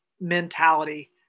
mentality